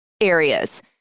areas